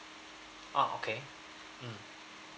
ah okay mm